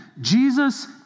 Jesus